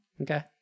Okay